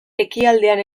ekialdean